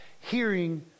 hearing